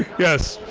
yes.